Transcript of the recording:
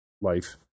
life